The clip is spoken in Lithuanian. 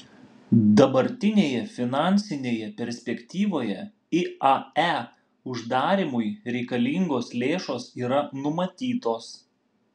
dabartinėje finansinėje perspektyvoje iae uždarymui reikalingos lėšos yra numatytos